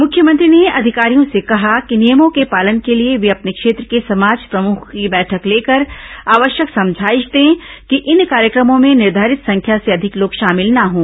मुख्यमंत्री ने अधिकारियों से कहा नियमों के पालन के लिए वे अपने क्षेत्र के समाज प्रमुखों की बैठक लेकर आवश्यक समझाइश दें कि इन कार्यक्रमों में निर्धारित संख्या से अधिक लोग शामिल न हों